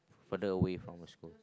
further from her school